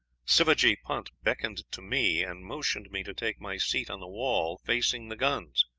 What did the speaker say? sivajee punt beckoned to me, and motioned me to take my seat on the wall facing the guns.